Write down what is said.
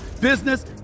business